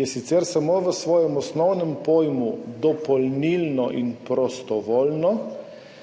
je sicer samo v svojem osnovnem pojmu dopolnilno in prostovoljno.